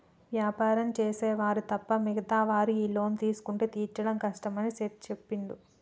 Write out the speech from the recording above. వ్యాపారం చేసే వారు తప్ప మిగతా వారు ఈ లోన్ తీసుకుంటే తీర్చడం కష్టమని సేట్ చెప్పిండు